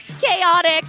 chaotic